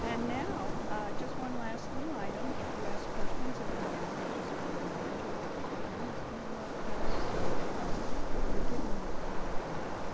and now just one last little item if you ask questions at the end, we just want to remind you that the program is being webcast, so you've giving your